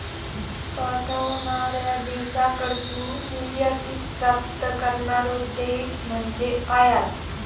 पाठवणार्या देशाकडसून निर्यातीत प्राप्त करणारो देश म्हणजे आयात